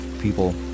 people